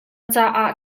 caah